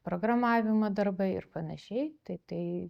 programavimo darbai ir panašiai tai tai